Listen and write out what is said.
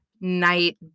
night